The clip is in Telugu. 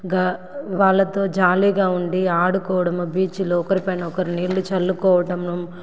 గా వాళ్లతో జాలీగా ఉండి ఆడుకోవడము బీచ్లో ఒకరిపైన ఒకరు నీళ్ళు చల్లుకోవడము